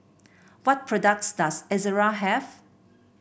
what products does Ezerra have